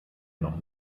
noch